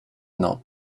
not